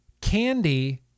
candy